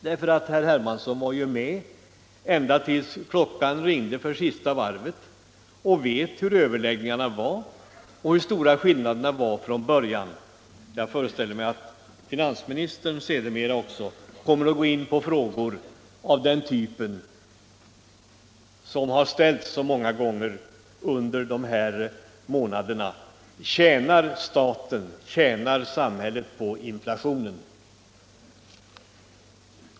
Herr Hermansson var ju med i överläggningarna ända tills klockan ringde för sista varvet och vet hur överläggningarna gick och hur stora skillnaderna var vid starten. Jag föreställer mig att finansministern sedermera också kommer att gå in på frågor som har ställts så många gånger under dessa månader: Tjänar samhället i skatteintäkter på inflationen?